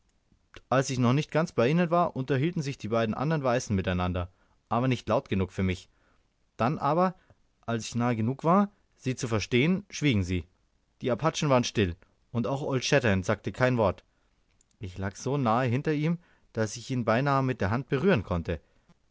als ich noch nicht ganz bei ihnen war unterhielten sich die beiden anderen weißen miteinander aber nicht laut genug für mich dann aber als ich nahe genug war sie zu verstehen schwiegen sie die apachen waren still und auch old shatterhand sagte kein wort ich lag so nahe hinter ihm daß ich ihn beinahe mit der hand berühren konnte